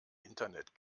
internet